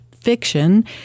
fiction